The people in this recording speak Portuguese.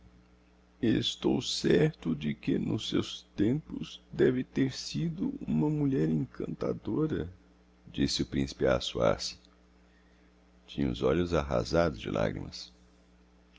desejasse estou certo de que nos seus tempos deve de ter sido uma mulher encantadora disse o principe a assoar-se tinha os olhos arrazados de lagrimas